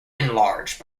enlarged